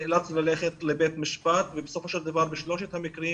נאלצנו ללכת לבית משפט ובסופו של דבר בשלושת המקרים